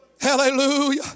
Hallelujah